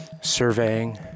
surveying